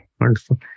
Wonderful